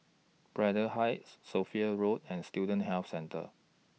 Braddell Heights Sophia Road and Student Health Centre